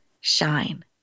shine